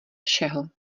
všeho